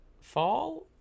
fall